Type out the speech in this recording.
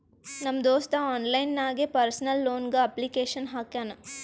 ನಮ್ ದೋಸ್ತ ಆನ್ಲೈನ್ ನಾಗೆ ಪರ್ಸನಲ್ ಲೋನ್ಗ್ ಅಪ್ಲಿಕೇಶನ್ ಹಾಕ್ಯಾನ್